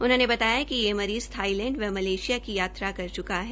उन्होंने बताया कि ये मरीज़ थाईलैंड व मलेशिया की यात्रा कर चुका है